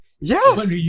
Yes